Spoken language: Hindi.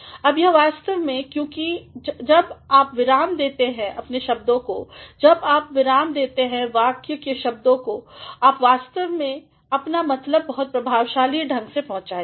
अब यह वास्तव में क्योंकि जब आप विराम देते हैं अपने वाक्यों को जब आप विराम देते हैं वाक्य के शब्दों को आप वास्तव में अपना मतलब बहुत प्रभावशाली ढंग से पहुंचाएंगे